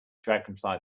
dragonfly